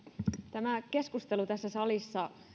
tämä keskustelu tässä salissa